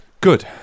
Good